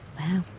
Wow